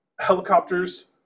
helicopters